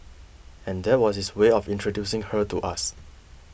and that was his way of introducing her to us